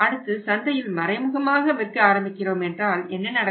அடுத்து சந்தையில் மறைமுகமாக விற்க ஆரம்பிக்கிறோம் என்றால் என்ன நடக்கும்